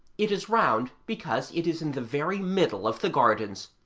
it is round because it is in the very middle of the gardens,